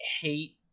hate